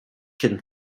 can